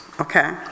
okay